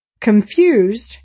Confused